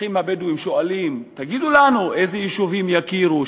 כשהאזרחים הבדואים שואלים: תגידו לנו באילו יישובים יכירו,